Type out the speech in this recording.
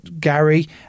Gary